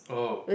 oh